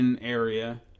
area